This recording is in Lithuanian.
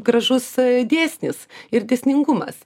gražus dėsnis ir dėsningumas